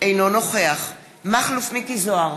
אינו נוכח מכלוף מיקי זוהר,